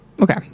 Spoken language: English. Okay